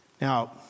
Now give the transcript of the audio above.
Now